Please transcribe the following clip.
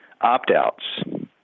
opt-outs